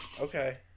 okay